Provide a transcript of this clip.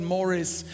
Morris